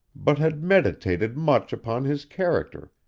but had meditated much upon his character,